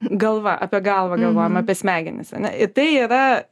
galva apie galvą galvojam apie smegenis ar ne ir tai yra